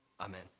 Amen